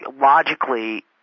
logically